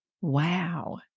Wow